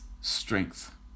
strength